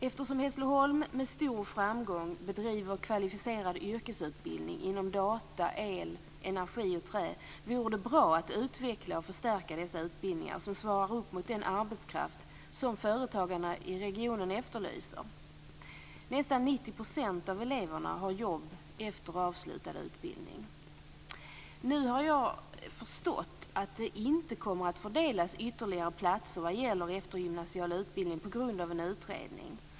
Eftersom Hässleholm med stor framgång bedriver kvalificerad yrkesutbildning inom data, el, energi och trä vore det bra att utveckla och förstärka dessa utbildningar som svarar upp mot den arbetskraft som företagarna i regionen efterlyser. Nästan 90 % av eleverna har jobb efter avslutad utbildning. Nu har jag förstått att det inte kommer att fördelas ytterligare platser vad gäller eftergymnasial utbildning på grund av en utredning.